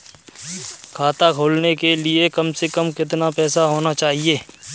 खाता खोलने के लिए कम से कम कितना पैसा होना चाहिए?